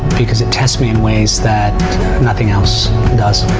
because it tests me in ways that nothing else does.